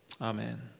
amen